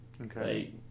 Okay